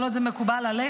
כל עוד זה מקובל עליך,